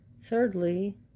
Thirdly